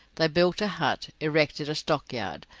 they built a hut, erected a stockyard,